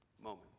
moment